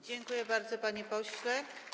Dziękuję bardzo, panie pośle.